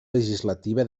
legislativa